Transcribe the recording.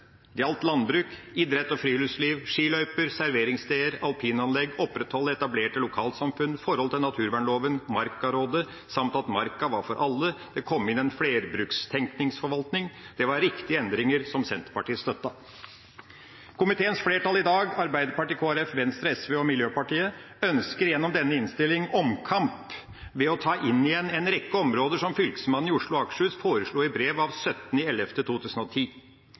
Det gjaldt landbruk, idrett og friluftsliv, skiløyper, serveringssteder, alpinanlegg, opprettholde etablerte lokalsamfunn, forhold til naturvernloven, Markarådet samt at marka var for alle. Det kom inn en flerbrukstenkningsforvaltning. Det var riktige endringer, som Senterpartiet støttet. Komiteens flertall i dag, Arbeiderpartiet, Kristelig Folkeparti, Venstre, Sosialistisk Venstreparti og Miljøpartiet De Grønne ønsker gjennom denne innstillingen omkamp ved å ta inn igjen en rekke områder som Fylkesmannen i Oslo og Akershus foreslo i brev av 17. november 2010.